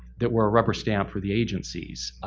that we're a rubber stamp for the agencies.